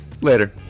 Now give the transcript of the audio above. Later